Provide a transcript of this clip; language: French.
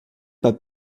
pas